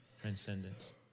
transcendence